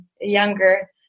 younger